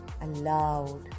aloud